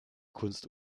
kunst